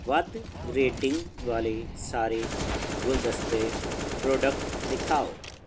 ਵੱਧ ਰੇਟਿੰਗ ਵਾਲੇ ਸਾਰੇ ਗੁਲਦਸਤੇ ਪ੍ਰੋਡਕਟ ਦਿਖਾਓ